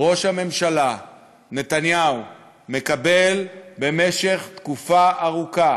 ראש הממשלה נתניהו מקבל במשך תקופה ארוכה